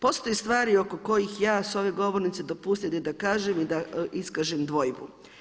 Postoje stvari oko kojih ja s ove govornice dopustite da kažem i da iskažem dvojbu.